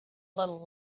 little